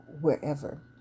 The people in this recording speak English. wherever